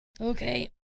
Okay